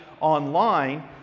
online